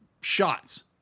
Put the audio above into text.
shots